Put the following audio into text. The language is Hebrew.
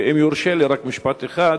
ואם יורשה לי רק משפט אחד,